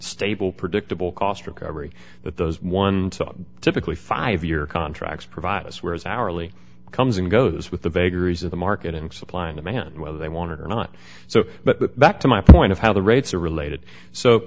stable predictable cost recovery that those one dollar typically five year contracts provide us whereas hourly comes and goes with the vagaries of the market and supply and demand whether they want it or not so but back to my point of how the rates are related so